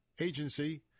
agency